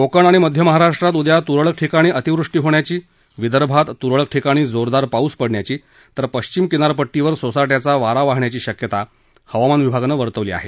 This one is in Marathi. कोकण आणि मध्य महाराष्ट्रात उद्या तुरळक ठिकाण अतिवृष्टी होण्याची विदर्भात तुरळक ठिकाणी जोरदार पाऊस पडण्याची तर पश्चिम किनारपट्टीवर सोसाटयाचा वारा वाहण्याची शक्यताही हवामान विभागानं वर्तवली आहे